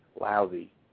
lousy